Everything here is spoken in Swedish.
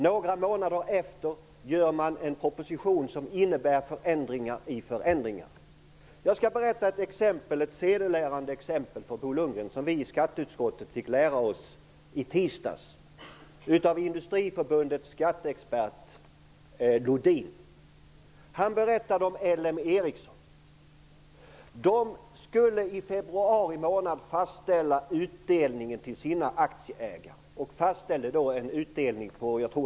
Några månader senare lägger man fram en proposition som innebär förändringar i förändringarna. Jag skall berätta om ett sedelärande exempel för Bo Lundgren som vi i skatteutskottet fick höra i tisdags från Industriförbundets skatteexpert Lodin. Han berättade om L M Eriksson. L M Eriksson skulle i februari månad fastställa utdelningen till sina aktieägare, vilken bestämdes till 4:50.